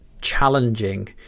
challenging